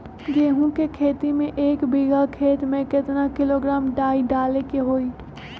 गेहूं के खेती में एक बीघा खेत में केतना किलोग्राम डाई डाले के होई?